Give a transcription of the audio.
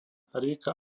rieka